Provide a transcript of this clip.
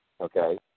Okay